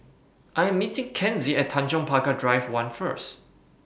I Am meeting Kenzie At Tanjong Pagar Drive one First